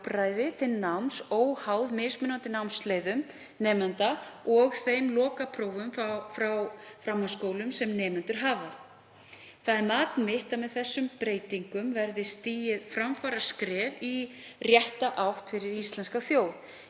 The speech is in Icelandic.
til náms óháð námsleiðum og þeim lokaprófum frá framhaldsskólum sem nemendur hafa. Það er mat mitt að með þessum breytingum verði stigið framfaraskref í rétta átt fyrir íslenska þjóð.